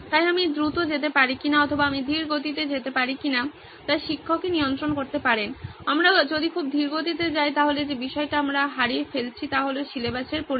তাই আমি দ্রুত যেতে পারি কিনা অথবা আমি ধীর গতিতে যেতে পারি কিনা তা শিক্ষকই নিয়ন্ত্রণ করতে পারেন আমরা যদি খুব ধীর গতিতে যাই তাহলে যে বিষয়টা আমরা হারিয়ে ফেলছি তা হল সিলেবাসের পরিমাণ